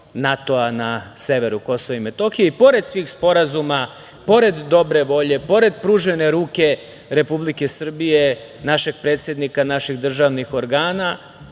na severu KiM i pored svih sporazuma, pored dobre volje, pored pružene ruke Republike Srbije, našeg predsednika, naših državnih organa